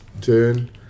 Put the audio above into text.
turn